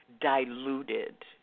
diluted